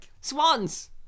Swans